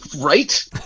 Right